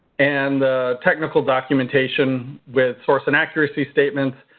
and the technical documentation with source and accuracy statements,